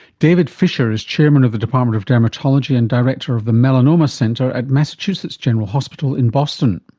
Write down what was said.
david fisher is chairman of the department of dermatology and director of the melanoma center at massachusetts general hospital in boston.